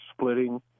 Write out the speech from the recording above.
splitting